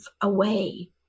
away